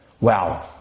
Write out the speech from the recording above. Wow